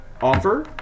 offer